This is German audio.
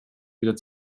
wieder